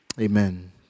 Amen